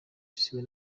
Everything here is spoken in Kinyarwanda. siwe